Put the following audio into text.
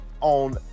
on